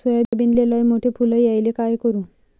सोयाबीनले लयमोठे फुल यायले काय करू?